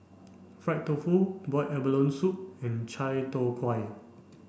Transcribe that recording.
fried tofu boiled abalone soup and Chai Tow Kway